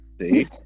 See